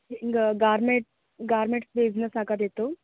ಹಿಂಗೆ garment garment business ಹಾಕೋದಿತ್ತು